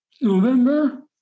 November